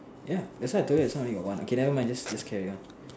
ya that's why I told you just now only got one okay never mind just just carry on